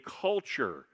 culture